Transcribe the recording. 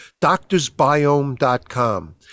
doctorsbiome.com